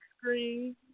screen